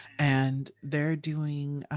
and they're doing